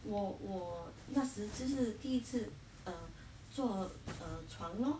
我我那时就是第一次:wo wo nashi jiu shi di yi ci err 坐 err 船 lor